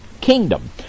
kingdom